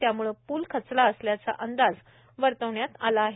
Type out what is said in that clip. त्यामुळे पूल खचला असल्याचा अंदाज वर्तविण्यात आला आहे